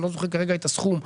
אני לא זוכר באיזה סכום,